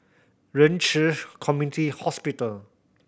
Ren Chi Community Hospital